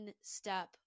step